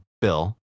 Bill